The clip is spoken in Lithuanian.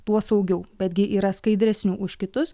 tuo saugiau betgi yra skaidresnių už kitus